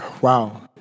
Wow